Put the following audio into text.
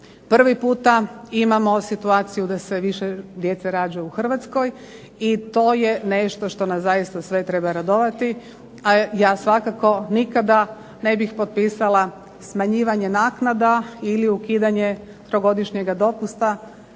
Prvi puta imamo situaciju da se više djece rađa u Hrvatskoj i to je nešto što nas zaista sve treba radovati, a ja svakako nikada ne bih potpisala smanjivanje naknada ili ukidanje trogodišnjega dopusta